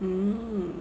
mmhmm